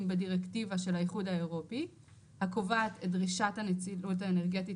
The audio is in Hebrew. בדירקטיבה של האיחוד האירופי הקובעת את דרישת הנצילות האנרגטית